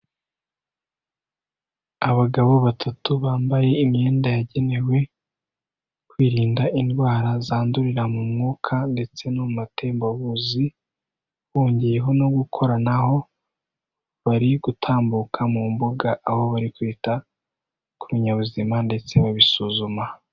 Abagabo batatu bambaye imyenda yagenewe kwirinda indwara zandurira mu mwuka ndetse no mu matembabuzi, wongeyeho no gukoranaho, bari gutambuka mu mbuga aho bari kwita ku binyabuzima ndetse babisuzuma.